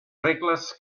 regles